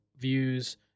Views